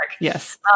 Yes